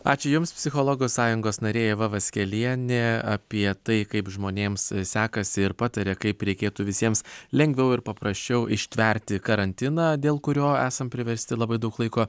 ačiū jums psichologų sąjungos narė ieva vaskelienė apie tai kaip žmonėms sekasi ir pataria kaip reikėtų visiems lengviau ir paprasčiau ištverti karantiną dėl kurio esam priversti labai daug laiko